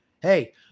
Hey